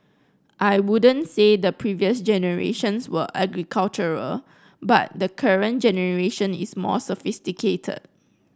I wouldn't say the previous generations were agricultural but the current generation is more sophisticated